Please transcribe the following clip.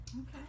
Okay